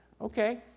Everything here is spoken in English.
okay